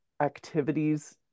activities